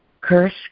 Curse